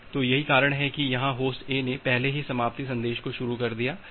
तो यही कारण है कि यहाँ होस्ट ए ने पहले ही समाप्ति संदेश को शुरू कर दिया है